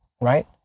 right